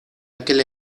aquel